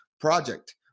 project